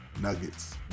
Nuggets